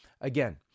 Again